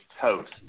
toast